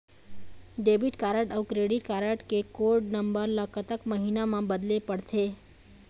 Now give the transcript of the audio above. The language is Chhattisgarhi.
डेबिट कारड अऊ क्रेडिट कारड के कोड नंबर ला कतक महीना मा बदले पड़थे?